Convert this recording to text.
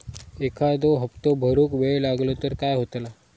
एखादो हप्तो भरुक वेळ लागलो तर काय होतला?